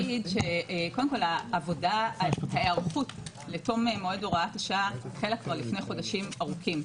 קודם כול ההיערכות לתום מועד הוראת השעה החלה כבר לפני חודשים ארוכים.